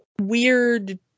weird